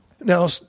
Now